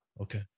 okay